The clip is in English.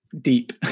deep